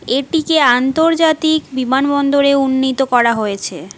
এটিকে আন্তর্জাতিক বিমানবন্দরে উন্নীত করা হয়েছে